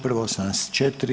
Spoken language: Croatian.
Prvo 84.